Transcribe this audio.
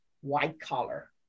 white-collar